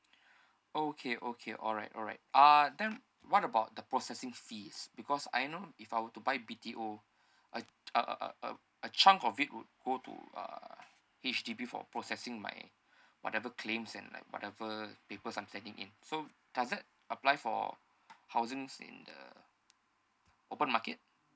okay okay alright alright uh then what about the processing fees because I know if I were to buy B_T_O I uh uh a a chunk of it would go to uh H_D_B for processing my whatever claims and like whatever papers I'm sending in so does it apply for housings in the open market